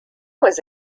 was